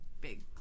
big